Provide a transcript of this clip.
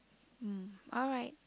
mm alright